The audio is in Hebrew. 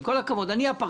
עם כל הכבוד, אני הפרטץ'.